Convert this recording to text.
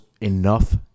enough